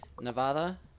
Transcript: Nevada